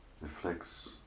reflects